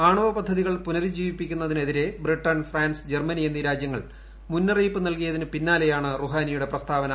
ആണവ പദ്ധതികൾ പുനരുജ്ജീവിപ്പിക്കുന്ന തിനെതിരെ ബ്രിട്ടൺ ഫ്രാൻസ് ജെർമനി എന്നീ രാജ്യങ്ങൾ മുന്നറിയിപ്പ് നൽകിയതിന് പിന്നാലെയാണ് റുഹാനിയുടെ പ്രസ്താവന